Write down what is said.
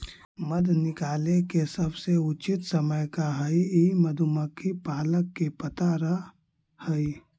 मध निकाले के सबसे उचित समय का हई ई मधुमक्खी पालक के पता रह हई